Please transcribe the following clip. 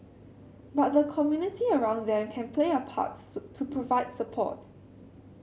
but the community around them can play a parts to provide support